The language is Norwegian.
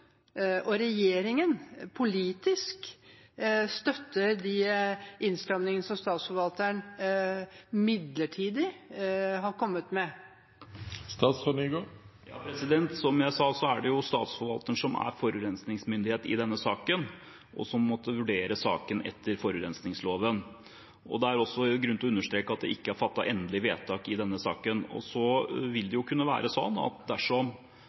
og regjeringen politisk støtter de innstramningene som Statsforvalteren midlertidig har kommet med. Som jeg sa, er det Statsforvalteren som er forurensningsmyndighet i denne saken, og som måtte vurdere saken etter forurensningsloven. Det er også grunn til å understreke at det ikke er fattet endelig vedtak i denne saken. Så vil det jo kunne være sånn at dersom